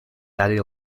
daddy